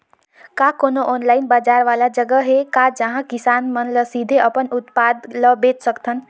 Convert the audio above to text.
का कोनो ऑनलाइन बाजार वाला जगह हे का जहां किसान मन ल सीधे अपन उत्पाद ल बेच सकथन?